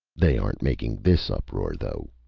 they aren't making this uproar, though.